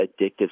addictive